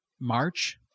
March